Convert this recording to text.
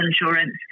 Insurance